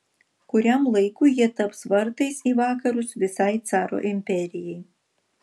kuriam laikui jie taps vartais į vakarus visai caro imperijai